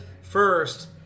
first